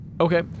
Okay